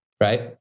right